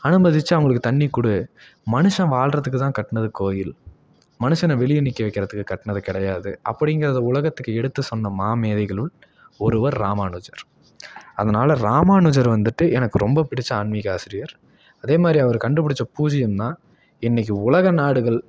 அனுமதித்து அவங்களுக்கு தண்ணி கொடு மனுஷன் வாழ்கிறதுக்குதான் கட்டினது கோயில் மனுஷனை வெளியே நிற்க வைக்கிறதுக்கு கட்டினது கிடையாது அப்படிங்கிறத உலகத்துக்கு எடுத்து சொன்ன மாமேதைகளுள் ஒருவர் ராமானுஜர் அதனால் ராமானுஜர் வந்துட்டு எனக்கு ரொம்ப பிடித்த ஆன்மீக ஆசிரியர் அதே மாதிரி அவர் கண்டுபிடித்த பூஜியம்தான் இன்றைக்கி உலக நாடுகள்